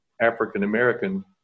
African-American